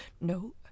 no